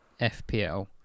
FPL